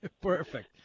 Perfect